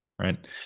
right